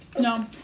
No